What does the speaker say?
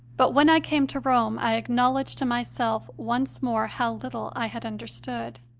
but when i came to rome i acknowledged to myself once more how little i had understood.